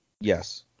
yes